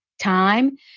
time